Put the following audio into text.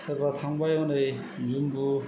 सोरबा थांबाय हनै जाम्मु